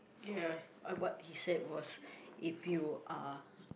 ya uh what he said was if you are